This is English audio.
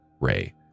Ray